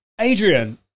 Adrian